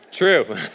True